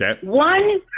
One